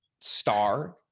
star